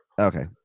Okay